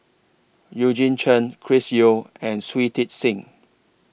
Eugene Chen Chris Yeo and Shui Tit Sing